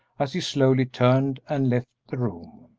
as he slowly turned and left the room.